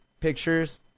pictures